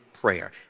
prayer